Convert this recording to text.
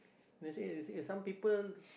they say they say some people